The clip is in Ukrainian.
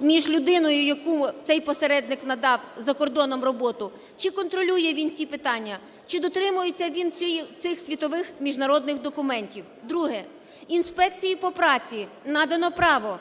між людиною, яку цей посередник надав за кордоном роботу, чи контролює він ці питання, чи дотримується він цих світових міжнародних документів. Друге. Інспекції по праці надано право